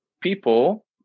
people